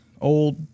Old